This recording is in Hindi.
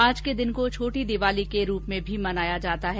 आज के दिन को छोटी दीवाली के रूप में भी मनाया जाता है